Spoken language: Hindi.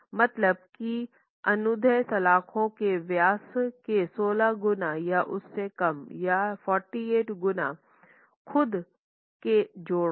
मतलब की अनुदैर्ध्य सलाख़ों के व्यास के 16 गुना या उससे कम या 48 गुना खुद के जोड़ का